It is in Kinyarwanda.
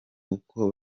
uko